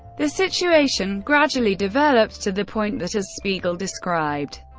the situation gradually developed to the point that, as spiegel described,